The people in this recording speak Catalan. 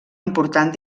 important